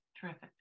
Terrific